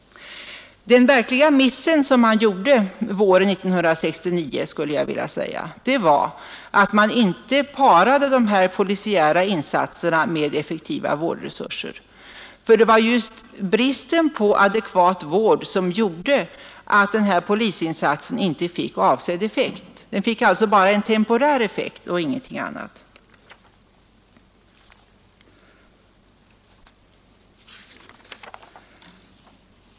Den verkliga missen som man gjorde våren 1969, det var att man inte parade de polisiära insatserna med effektiva vårdresurser. Det var just bristen på adekvat vård som gjorde att den här polisinsatsen inte fick avsedd effekt — den fick alltså bara en temporär effekt och ingenting annat.